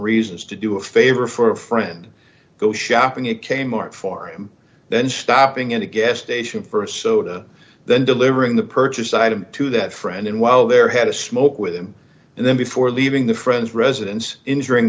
reasons to do a favor for a friend go shopping at kmart for him then stopping in a guest ation for a soda then delivering the purchase item to that friend in while there had a smoke with him and then before leaving the friend's residence injuring